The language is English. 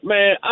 Man